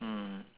mm